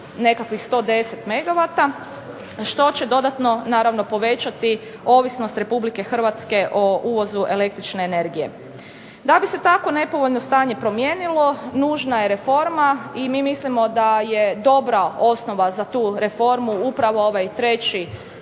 nekakvih 110 megavata, što će dodatno naravno povećati ovisnost Republike Hrvatske o uvozu električne energije. Da bi se tako nepovoljno stanje promijenilo, nužna je reforma i mi mislimo da je dobra osnova za tu reformu upravo ovaj treći